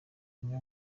imwe